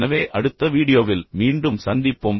எனவே அடுத்த வீடியோவில் மீண்டும் சந்திப்போம்